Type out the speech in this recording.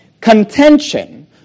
contention